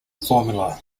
formula